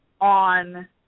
on